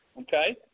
Okay